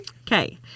Okay